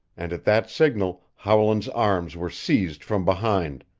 and at that signal howland's arms were seized from behind,